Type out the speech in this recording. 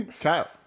Kyle